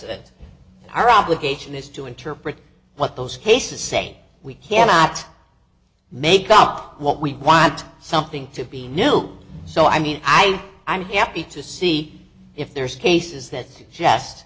e our obligation is to interpret what those cases say we cannot make up what we want something to be know so i mean i i'm happy to see if there's cases that